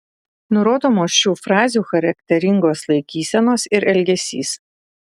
nurodomos šių fazių charakteringos laikysenos ir elgesys